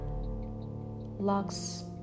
Locks